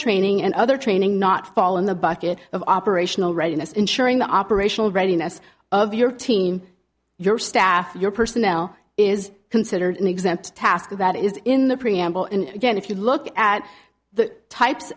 training and other training not fall in the bucket of operational readiness ensuring the operational readiness of your team your staff your personnel is considered an exempt task that is in the preamble and again if you look at the types